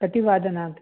कतिवादनात्